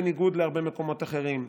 בניגוד להרבה מקומות אחרים,